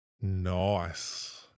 Nice